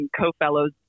co-fellows